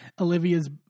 Olivia's